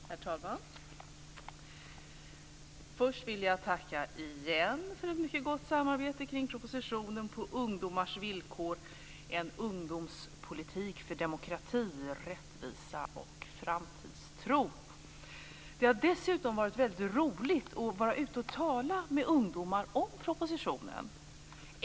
Herr talman! Först vill jag återigen tacka för ett mycket gott samarbete kring propositionen På ungdomars villkor - ungdomspolitik för demokrati, rättvisa och framtidstro. Det har dessutom varit väldigt roligt att vara ute och tala med ungdomar om propositionen.